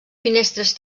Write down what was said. finestres